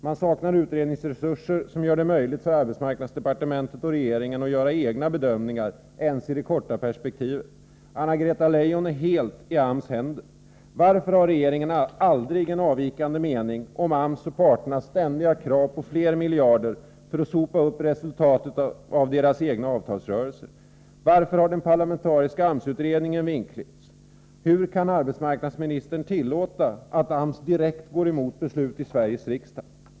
Man saknar utredningsresurser som gör det möjligt för arbetsmarknadsdepartementet och regeringen att göra egna bedömningar ens i det kortare perspektivet. Anna-Greta Leijon är helt i AMS händer. Varför har regeringen aldrig en avvikande mening om AMS och parternas ständiga krav på fler miljarder för att sopa upp resultaten av deras egna avtalsrörelser? Varför har den parlamentariska AMS-utredningen vingklippts? Hur kan arbetsmarknadsministern tillåta att AMS direkt går emot beslut i Sveriges riksdag?